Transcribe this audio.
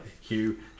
Hugh